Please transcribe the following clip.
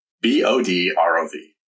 B-O-D-R-O-V